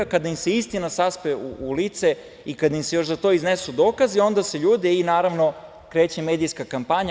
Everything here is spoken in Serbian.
Kada im se istina saspe u lice i kada im se još za to iznesu dokazi, onda se ljute i, naravno, kreće medijska kampanja.